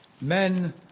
Men